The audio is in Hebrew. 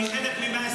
אני חלק מ-120.